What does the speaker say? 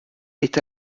est